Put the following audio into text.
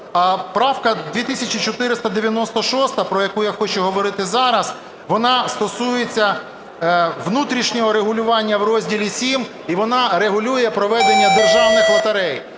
правка 2496, про яку я хочу говорити зараз, вона стосується внутрішнього регулювання в розділі VII і вона регулює проведення державних лотерей.